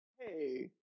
Hey